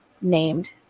named